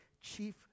chief